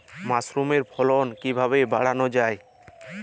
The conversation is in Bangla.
মাসরুমের ফলন কিভাবে বাড়ানো যায়?